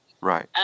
Right